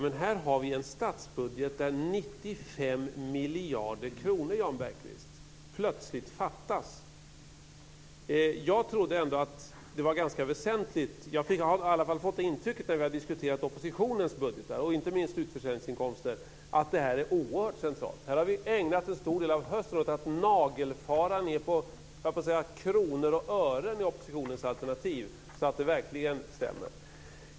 Men här har vi ju en statsbudget där 95 miljarder kronor plötsligt fattas, Jan Bergqvist! Jag trodde ändå - jag har i alla fall fått det intrycket när vi har diskuterat oppositionens budgetar, inte minst när det gäller utförsäljningsinkomster - att detta är oerhört centralt. Vi har ägnat en stor del av hösten åt att nagelfara oppositionens alternativ ända ned på kronor och ören, så att det verkligen stämmer!